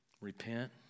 repent